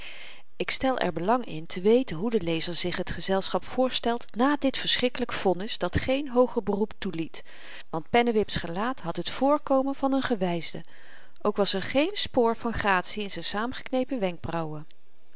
ik stel er belang in te weten hoe de lezer zich t gezelschap voorstelt na dit verschrikkelyk vonnis dat geen hooger beroep toeliet want pennewip's gelaat had het voorkomen van n gewysde ook was er geen spoor van gratie in z'n saamgeknepen wenkbrauwen